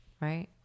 Right